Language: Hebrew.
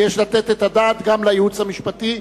ויש לתת את הדעת גם לייעוץ המשפטי,